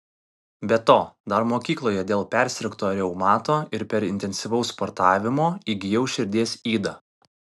be to dar mokykloje dėl persirgto reumato ir per intensyvaus sportavimo įgijau širdies ydą